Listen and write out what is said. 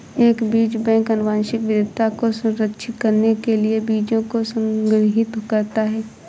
एक बीज बैंक आनुवंशिक विविधता को संरक्षित करने के लिए बीजों को संग्रहीत करता है